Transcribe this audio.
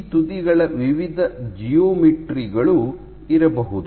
ಈ ತುದಿಗಳ ವಿವಿಧ ಜಿಯೋಮೆಟ್ರಿ ಗಳು ಇರಬಹುದು